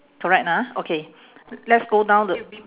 correct ah okay l~ let's go down the